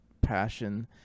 passion